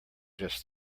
just